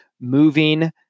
moving